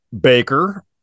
Baker